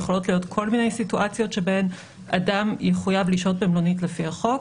יכולות להיות כל מיני סיטואציות שבהן אדם יחויב לשהות במלונית לפי החוק,